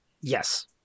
Yes